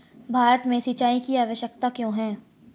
भारत में सिंचाई की आवश्यकता क्यों है?